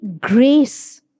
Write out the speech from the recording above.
grace